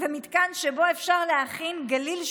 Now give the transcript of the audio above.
ומתקן שבו אפשר להכין גליל שווארמה.